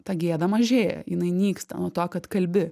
ta gėda mažėja jinai nyksta nuo to kad kalbi